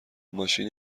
ماشین